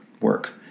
work